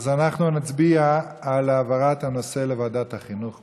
אז אנחנו נצביע על העברת הנושא לוועדת החינוך.